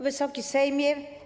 Wysoki Sejmie!